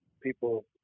people